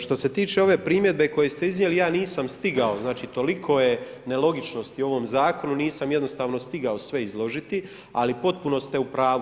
Što se tiče ove primjedbe, koje ste iznijeli, ja nisam stigao, znači toliko je nelogičnosti u ovom zakonu, nisam jednostavno stigao sve izložiti, ali u potpuno ste u pravu.